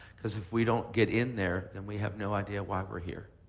because if we don't get in there, then we have no idea why we're here.